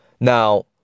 Now